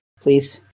please